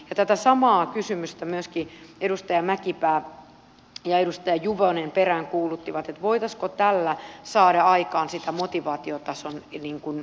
tätä samaa kysymystä myöskin edustaja mäkipää ja edustaja juvonen peräänkuuluttivat voitaisiinko tällä saada aikaan sitä motivaatiotason parannusta